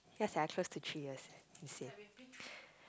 yeah sia close to three years eh you say